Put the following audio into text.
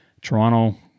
Toronto